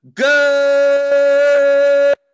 good